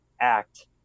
act